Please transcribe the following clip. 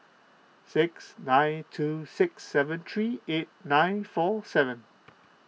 six nine two six seven three eight nine four seven